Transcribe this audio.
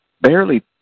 barely